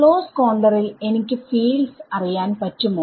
close കോൺഡറിൽ എനിക്ക് fields അറിയാൻ പറ്റുമോ